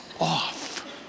off